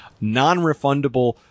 non-refundable